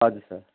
हजुर सर